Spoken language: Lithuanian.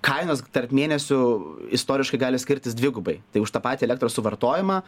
kainos tarp mėnesių istoriškai gali skirtis dvigubai tai už tą patį elektros suvartojimą